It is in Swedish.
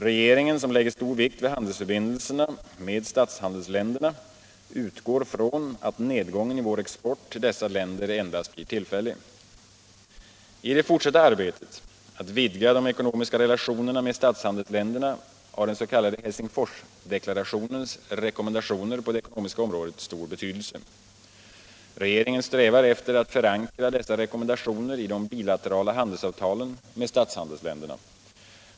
Regeringen som lägger stor vikt vid handelsförbindelserna med statshandelsländerna utgår från att nedgången i vår export till dessa länder endast blir tillfällig. I det fortsatta arbetet att vidga de ekonomiska relationerna med statshandelsländerna har den s.k. Helsingforsdeklarationens rekommendationer på det ekonomiska området stor betydelse. Regeringen strävar efter att förankra dessa rekommendationer i de bilaterala handelsavtalen med statshandelsländerna.